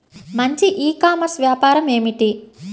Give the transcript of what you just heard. మంచి e commerce వ్యాపారం ఏమిటీ?